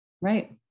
Right